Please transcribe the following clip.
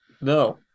No